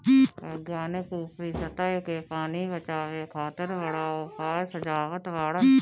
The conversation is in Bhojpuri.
वैज्ञानिक ऊपरी सतह के पानी बचावे खातिर बड़ा उपाय सुझावत बाड़न